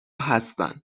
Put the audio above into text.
هستن